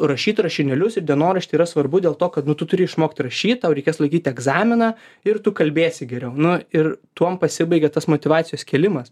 rašyt rašinėlius ir dienoraštį yra svarbu dėl to kad nu tu turi išmokt rašyt tau reikės laikyt egzaminą ir tu kalbėsi geriau nu ir tuom pasibaigia tas motyvacijos kėlimas